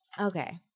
Okay